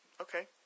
Okay